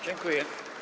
Dziękuję.